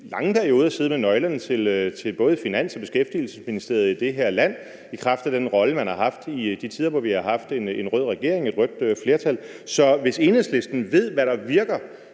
lange perioder siddet med nøglerne til både Finansministeriet og Beskæftigelsesministeriet i det her land i kraft af den rolle, man har haft i de tider, hvor vi har haft en rød regering og et rødt flertal. Så hvis Enhedslistens ordfører ved, hvad der virker,